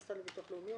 אני